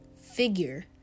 figure